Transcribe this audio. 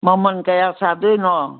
ꯃꯃꯟ ꯀꯌꯥ ꯁꯥꯗꯣꯏꯅꯣ